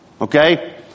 Okay